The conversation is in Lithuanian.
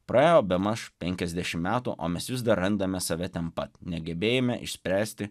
praėjo bemaž penkiasdešim metų o mes vis dar randame save ten pat negebėjime išspręsti